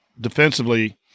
defensively